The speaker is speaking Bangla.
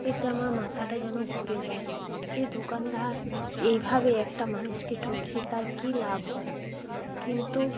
এতে আমার মাথাটা যেন ঘুরে যায় যে দোকানদার এইভাবে একটা মানুষকে ঠকিয়ে তার কী লাভ হয় কিন্তু